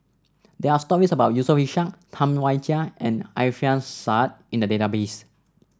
there are stories about Yusof Ishak Tam Wai Jia and Alfian Sa'at in the database